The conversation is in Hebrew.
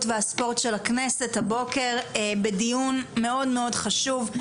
והספורט של הכנסת הבוקר בדיון מאוד חשוב.